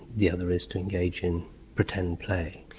the other is to engage in pretend play.